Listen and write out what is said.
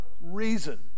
reason